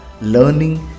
Learning